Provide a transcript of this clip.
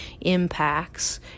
impacts